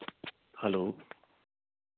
hello